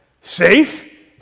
Safe